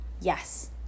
yes